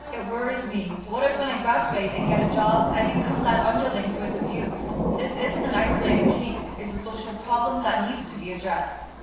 it worries me. what if when i graduate and get a job i become that underling who is abused? this isn't an isolated case. it's a social problem that needs to be addressed.